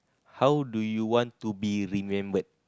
how do you want to be remembered